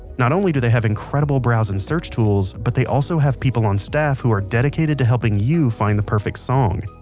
not only do they have incredible browse and search tools, but they also have people on staff who are dedicated to helping you find the perfect song.